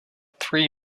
three